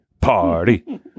party